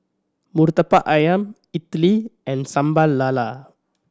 Murtabak Ayam idly and Sambal Lala